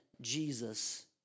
Jesus